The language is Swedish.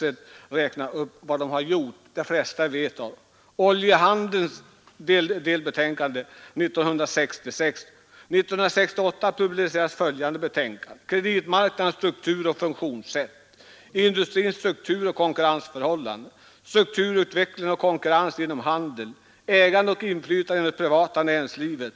1966 kom delbetänkandet Oljebranschen, och 1968 publicerades följande betänkanden: Kreditmarknadens struktur och funktionssätt, Industrins strukturoch konkurrensförhållanden, Strukturutveckling och konkurrens nom handeln samt Ägande och inflytande inom det privata näringslivet.